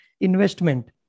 investment